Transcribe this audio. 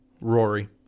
Rory